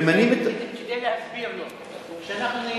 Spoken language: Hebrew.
ממנים את, אני רוצה להסביר לו.